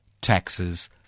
taxes